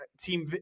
Team